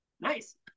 Nice